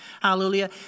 hallelujah